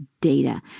data